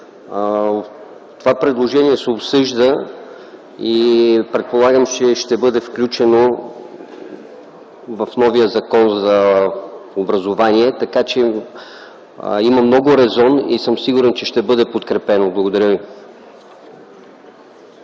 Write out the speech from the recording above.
Това предложение се обсъжда и предполагам, че ще бъде включено в новия Закон за образование. В него има много резон и съм сигурен, че ще бъде подкрепено. Благодаря ви.